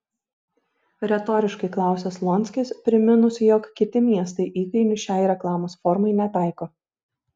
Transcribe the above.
retoriškai klausia slonskis priminus jog kiti miestai įkainių šiai reklamos formai netaiko